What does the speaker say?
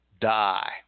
die